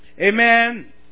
Amen